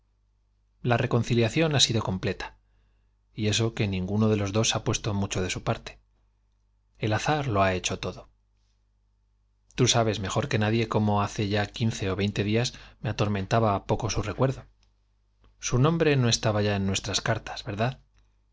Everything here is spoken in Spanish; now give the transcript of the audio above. la reconciliación ha sido completa y esd que nin guno de los dos ha puesto mucho de su parte el azar lo ha hecho todo tú sabes mejor que nadie cómo hace ya ó veinte días atormentaba poco su quince me recuerdo su nombre no estaba ya en nuestras cartas verdad